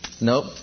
Nope